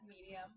medium